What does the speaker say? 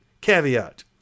caveat